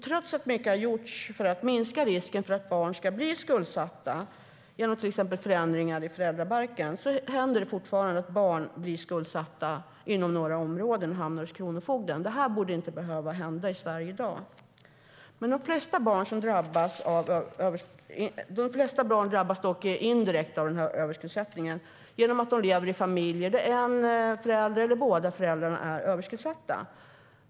Trots att mycket har gjorts för att minska risken för att barn ska bli skuldsatta, till exempel genom förändringar i föräldrabalken, händer det fortfarande att barn blir skuldsatta inom några områden och hamnar hos kronofogden. Det borde inte behöva hända i Sverige i dag.De flesta barn drabbas dock indirekt av överskuldsättning genom att de lever i en familj där en förälder eller båda föräldrarna är överskuldsatta.